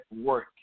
work